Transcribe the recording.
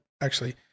actually-